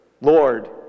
Lord